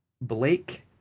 Blake